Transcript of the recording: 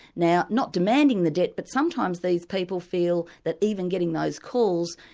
now not demanding the debt, but sometimes these people feel that even getting those calls,